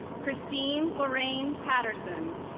christine lorraine paterson